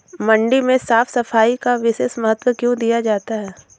मंडी में साफ सफाई का विशेष महत्व क्यो दिया जाता है?